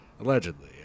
Allegedly